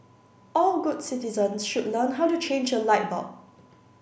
all good citizens should learn how to change a light bulb